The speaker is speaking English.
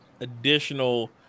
Additional